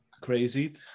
Crazy